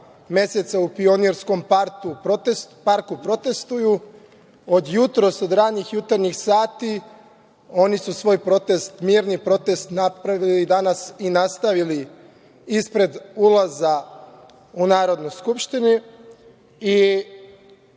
meseca u Pionirskom parku protestvuju, od jutros od ranih jutarnjih sati, oni su svoj mirni protest napravili danas i nastavili ispred ulaza u Narodnu skupštinu